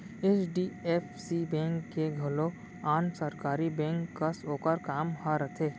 HDFC bank के घलौ आन सरकारी बेंक कस ओकर काम ह रथे